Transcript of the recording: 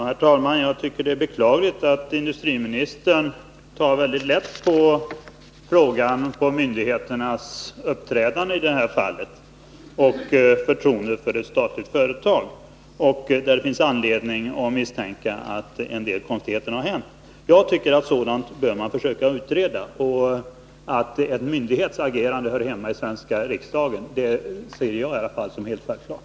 Herr talman! Jag tycker det är beklagligt att industriministern tar mycket lätt på myndigheternas uppträdande i det här fallet och på förtroendet för ett statligt företag, där det finns anledning misstänka att en del konstigheter har hänt. Jag tycker att man bör försöka utreda sådant. Att frågan om en myndighets agerande hör hemma i den svenska riksdagen ser i varje fall jag som helt självklart.